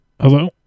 Hello